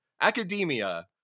academia